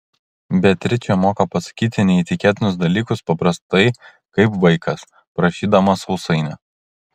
beatričė moka pasakyti neįtikėtinus dalykus paprastai kaip vaikas prašydamas sausainio